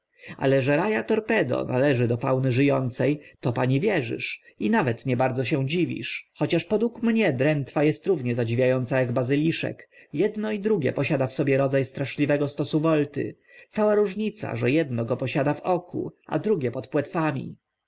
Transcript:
ale że raja torpedo należy do fauny ży ące to pani wierzysz i nawet nie bardzo się dziwisz chociaż podług mnie drętwa est równie zadziwia ąca ak bazyliszek edno i drugie posiada w sobie rodza straszliwego stosu volty cała różnica że edno go posiada w oku a drugie pod płetwami